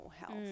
health